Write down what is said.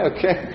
Okay